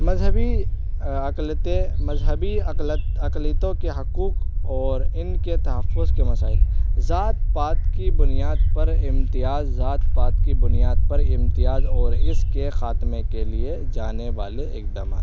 مذہبی اقلیتیں مذہبی اقلیتوں کے حقوق اور ان کے تحفظ کے مسائل ذات پات کی بنیاد پر امتیاز ذات پات کی بنیاد پر امتیاز اور اس کے خاتمے کے لیے جانے والے اقدامات